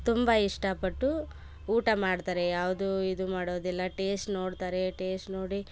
ತುಂಬ ಇಷ್ಟ ಪಟ್ಟು ಊಟ ಮಾಡ್ತಾರೆ ಯಾವುದು ಇದು ಮಾಡೋದಿಲ್ಲ ಟೇಸ್ಟ್ ನೋಡ್ತಾರೆ ಟೇಸ್ಟ್ ನೋಡಿ